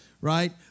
right